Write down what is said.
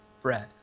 bread